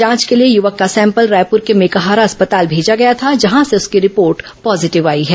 जांच के लिए युवक का सैंपल रायपुर के मेकाहारा अस्पताल भेजा गया था जहां से उसकी रिपोर्ट पॉजिटिव आई है